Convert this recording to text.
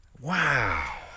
Wow